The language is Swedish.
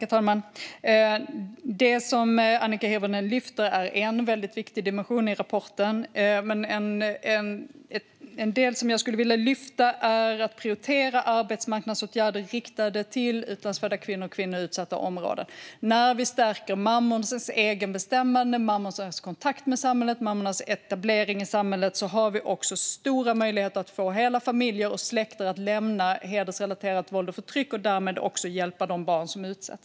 Herr talman! Det som Annika Hirvonen lyfter fram är en väldigt viktig dimension i rapporten. En del som jag skulle vilja lyfta fram är att prioritera arbetsmarknadsåtgärder riktade till utlandsfödda kvinnor och kvinnor i utsatta områden. När vi stärker mammornas eget bestämmande, mammornas egen kontakt med samhället och mammornas etablering i samhället har vi stora möjligheter att få hela familjer och släkter att lämna hedersrelaterat våld och förtryck och därmed också hjälpa de barn som utsätts.